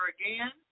again